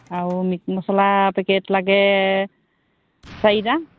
আৰু meat masala packet লাগে চাৰিটামান